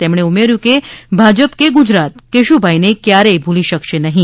તેમણે ઉમેર્યું કે ભાજપ કે ગુજરાત કેશુભાઈ ને ક્યારેય ભૂલી શકશે નહીં